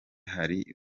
hari